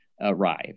arrive